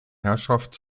herrschaft